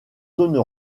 zones